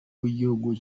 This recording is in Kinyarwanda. w’igihugu